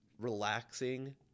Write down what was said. relaxing